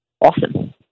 awesome